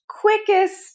quickest